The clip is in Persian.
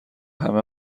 همه